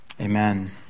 Amen